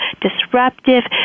disruptive